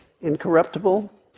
incorruptible